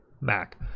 mac